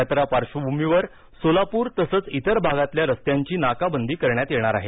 यात्रा पार्श्वभूमीवर सोलापूर तसंच इतर भागातील रस्त्यांची नाकाबंदी करण्यात येणार आहे